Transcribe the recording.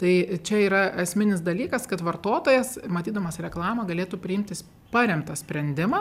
tai čia yra esminis dalykas kad vartotojas matydamas reklamą galėtų priimti paremtą sprendimą